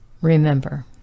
Remember